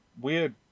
Weird